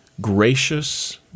gracious